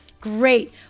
Great